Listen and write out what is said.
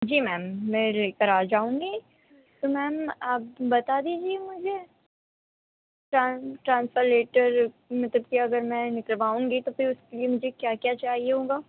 جی ma'am میں لے کر آ جاؤں گی تو میم آپ بتا دیجیے مجھے ٹرانسفر لیٹر مطلب کہ اگر میں نکلواؤں گی تو پھر اس کے لیے مجھے کیا کیا چاہیے ہوگا